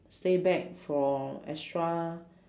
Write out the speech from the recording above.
stay back for extra